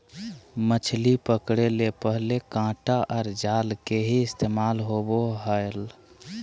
मछली पकड़े ले पहले कांटा आर जाल के ही इस्तेमाल होवो हल